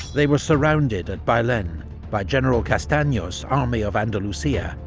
they were surrounded at bailen by general castanos's army of andalusia,